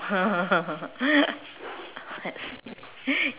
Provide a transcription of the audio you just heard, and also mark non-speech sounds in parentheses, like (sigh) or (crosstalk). (laughs) let's see